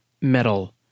metal